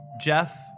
Jeff